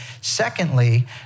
Secondly